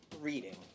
reading